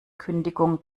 kündigung